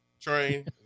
train